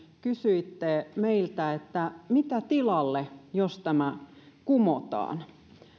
kysyitte meiltä että mitä tilalle jos tämä kumotaan